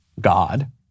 God